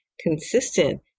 consistent